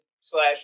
slash